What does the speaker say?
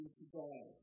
today